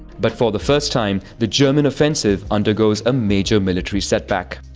but for the first time, the german offensive undergoes a major military setback.